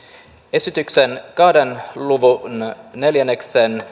esityksen kahden luvun neljännen